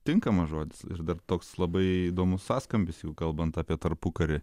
tinkamas žodis ir dar toks labai įdomus sąskambis jau kalbant apie tarpukarį